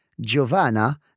Giovanna